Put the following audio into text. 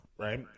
right